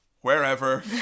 wherever